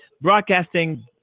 broadcasting